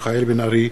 מיכאל בן-ארי,